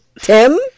Tim